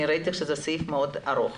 אני ראיתי שזה סעיף מאוד ארוך.